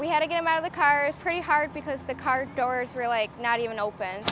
we had to get him out of the car is pretty hard because the car doors really not even open